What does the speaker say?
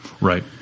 Right